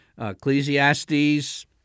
Ecclesiastes